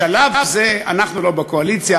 בשלב זה אנחנו לא בקואליציה,